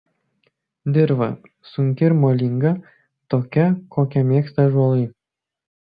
dirva sunki ir molinga tokia kokią mėgsta ąžuolai